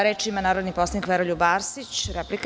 Reč ima narodni poslanik Veroljub Arsić, replika.